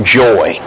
joy